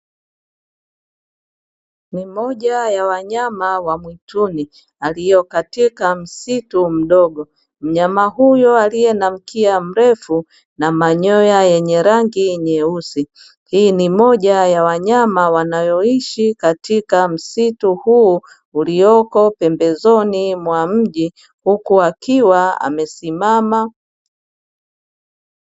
Ni moja ya wanyama wa mwituni, aliyo katika msitu mdogo, mnyama huyo aliye na mkia mrefu na manyoya yenye rangi nyeusi, hii ni moja ya wanyama wanayoishi katika msitu huu ulioko pembezoni mwa mji, huku akiwa amesimama.